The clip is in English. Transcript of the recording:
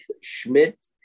Schmidt